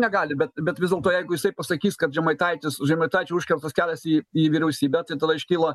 negali bet bet vis dėlto jeigu jisai pasakys kad žemaitaitis žemaitaičiui užkirstas kelias į į vyriausybę tai tada iškyla